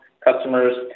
Customers